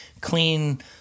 clean